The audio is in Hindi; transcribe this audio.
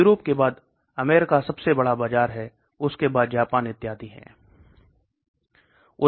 यूरोप के बाद अमेरिका सबसे बड़ा बाजार है उसके बाद जापान इत्यादि है